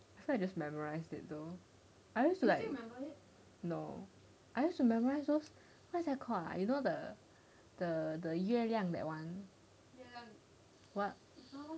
so I just memorise that though I used to like you know I used to memorise those what's that called ah you know the the 月亮 the [one]